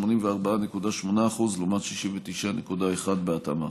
84.8% לעומת 69.1% בהתאמה.